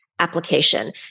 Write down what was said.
application